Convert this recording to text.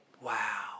wow